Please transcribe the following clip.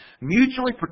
mutually